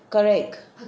correct